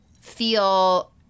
feel